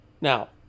Now